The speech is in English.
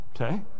Okay